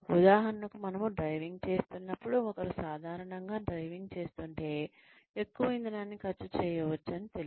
ఉదాహరణకు మనము డ్రైవింగ్ చేస్తున్నప్పుడు ఒకరు సాధారణంగా డ్రైవింగ్ చేస్తుంటే ఎక్కువ ఇంధనాన్ని ఖర్చు చేయవచ్చని తెలుసు